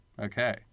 Okay